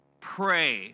Pray